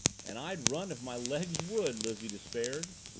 and i'd run if my legs would! lizzie despaired.